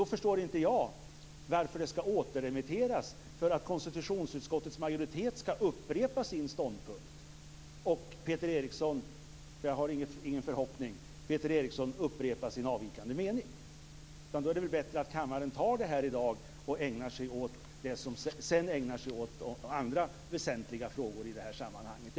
Då förstår inte jag varför det skall återremitteras för att konstitutionsutskottets majoritet skall upprepa sin ståndpunkt och Peter Eriksson, för jag har ingen förhoppning, upprepa sin avvikande mening. Då är det väl bättre att kammaren fattar beslut i det här ärendet i dag och sedan ägnar sig åt andra väsentliga frågor i det här sammanhanget.